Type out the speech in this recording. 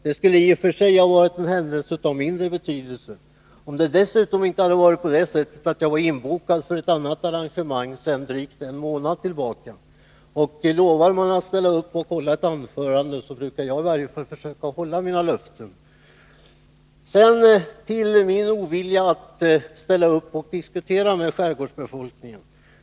Detta skulle i och för sig ha varit en händelse av mindre betydelse, om det inte dessutom hade varit på det sättet att jag hade varit inbokad för ett annat arrangemang sedan drygt en månad tillbaka. Lovar man att ställa upp och hålla ett anförande, bör man försöka hålla sitt löfte — det brukar i alla fall jag göra. Så till min ovilja att ställa upp och diskutera med skärgårdsbefolkningen.